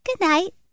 goodnight